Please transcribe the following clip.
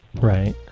Right